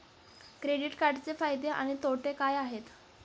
Credit कार्डचे फायदे आणि तोटे काय आहेत?